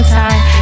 time